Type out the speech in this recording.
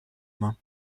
main